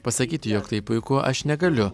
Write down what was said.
pasakyti jog tai puiku aš negaliu